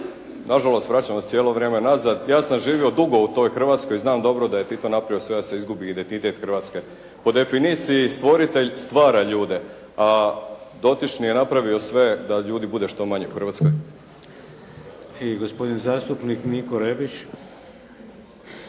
Nažalost vraćam vas cijelo vrijeme nazad. Ja sam živio dugo u toj Hrvatskoj i znam dobro da je Tito napravio sve da se izgubi identitet Hrvatske. Po definiciji, stvoritelj stvara ljude, a dotični je napravio sve da ljudi bude što manje u Hrvatskoj. **Šeks, Vladimir (HDZ)** I gospodin zastupnik Niko Rebić.